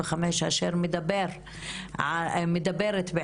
אשר מדברת על